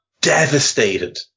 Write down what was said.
devastated